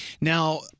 Now